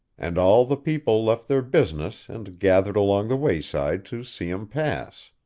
and all the people left their business and gathered along the wayside to see him pass.